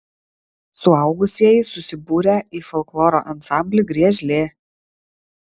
suaugusieji susibūrę į folkloro ansamblį griežlė